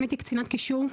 הייתי קצינת קישור.